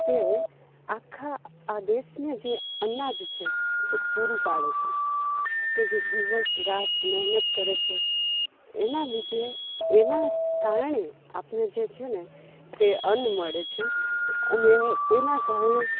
તે આખા આ દેશને જે અનાજ છે તે પૂરું પાડે છે તે જે દિવસ રાત મહેનત કરે છે એનાં લીધે એનાં કારણે આપણું જે છે ને તે અન્ન મળે છે અને તેનાં કારણે